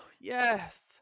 yes